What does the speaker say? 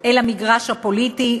אל המגרש הפוליטי,